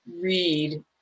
read